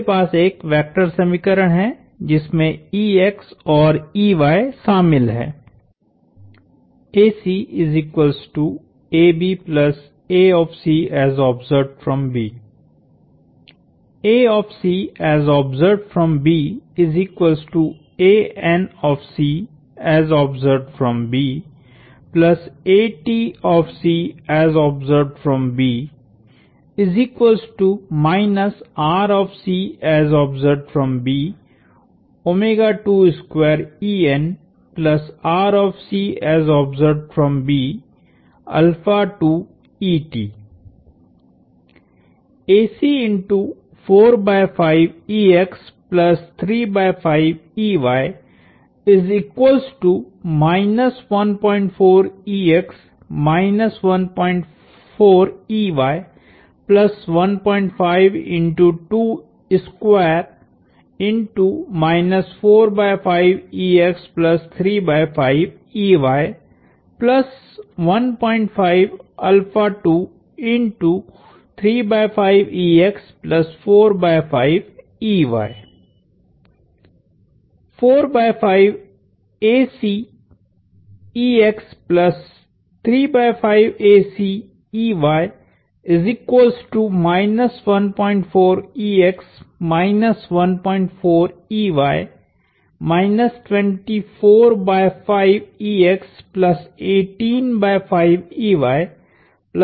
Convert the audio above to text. मेरे पास एक वेक्टर समीकरण है जिसमें औरशामिल हैं